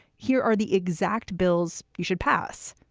here are the exact bills you should pass.